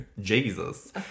Jesus